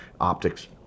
optics